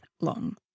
long